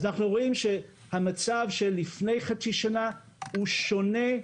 אז אנחנו רואים שהמצב של לפני חצי שנה הוא שונה,